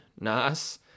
Nice